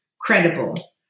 credible